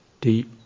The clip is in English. deep